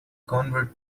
convert